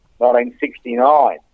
1969